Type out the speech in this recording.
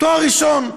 תואר ראשון,